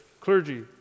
clergy